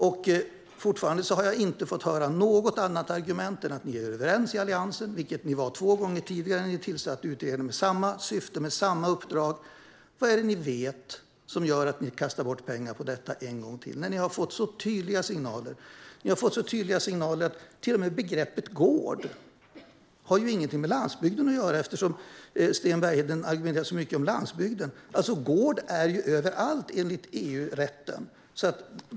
Jag har fortfarande inte fått höra något annat argument än att ni är överens i Alliansen, vilket ni varit två gånger tidigare, då ni tillsatte utredningar med samma syfte och samma uppdrag. Vad är det ni vet som gör att ni vill kasta bort pengar på detta en gång till, när ni har fått så tydliga signaler? Begreppet gård har ju inte ens något med landsbygden att göra. Sten Bergheden argumenterar mycket om landsbygden, men gård är ju överallt, enligt EU-rätten.